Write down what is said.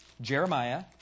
Jeremiah